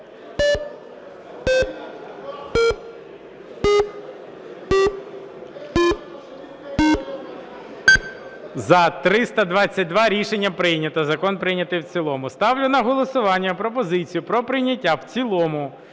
За-322 Рішення прийнято. Закон прийнятий в цілому. Ставлю на голосування пропозицію про прийняття в цілому